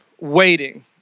Waiting